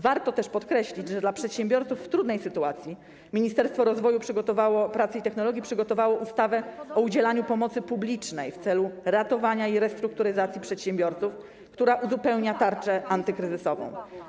Warto też podkreślić, że dla przedsiębiorców w trudnej sytuacji Ministerstwo Rozwoju, Pracy i Technologii przygotowało ustawę o udzielaniu pomocy publicznej w celu ratowania lub restrukturyzacji przedsiębiorców, która uzupełnia tarczę antykryzysową.